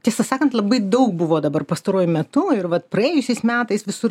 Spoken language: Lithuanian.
tiesą sakant labai daug buvo dabar pastaruoju metu ir vat praėjusiais metais visur